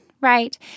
right